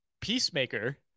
Peacemaker